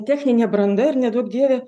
techninė branda ir neduok dieve